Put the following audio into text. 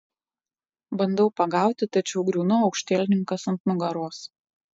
bandau pagauti tačiau griūnu aukštielninkas ant nugaros